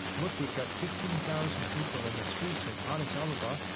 look, we've got fifteen thousand people in the streets in addis ababa.